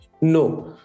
No